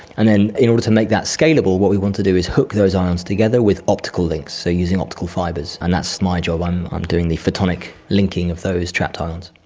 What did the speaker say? and then in order to make that scalable what we want to do is hook those ions together with optical links, so using optical fibres, and that's my job, i um am doing the photonic linking of those trapped ions.